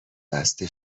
بسته